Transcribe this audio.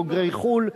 בוגרי חו"ל,